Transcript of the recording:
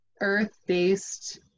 earth-based